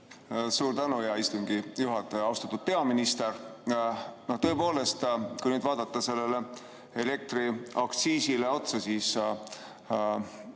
Suur tänu, hea istungi juhataja! Austatud peaminister! Tõepoolest, kui nüüd vaadata sellele elektriaktsiisile otsa, siis